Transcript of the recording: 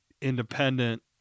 independent